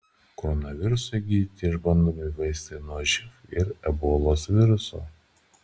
koronavirusui gydyti išbandomi vaistai nuo živ ir ebolos viruso